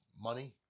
money